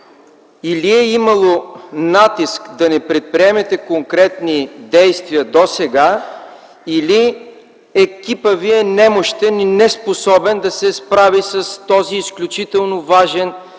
или е имало натиск да не предприемате конкретни действия досега, или екипът Ви е немощен и неспособен да се справи с този изключително важен за